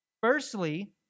Firstly